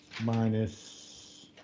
minus